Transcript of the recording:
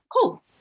cool